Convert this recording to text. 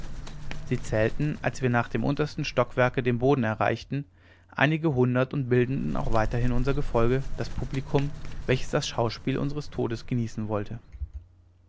sie zählten als wir nach dem untersten stockwerke den boden erreichten einige hundert und bildeten auch weiterhin unser gefolge das publikum welches das schauspiel unseres todes genießen wollte